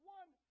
one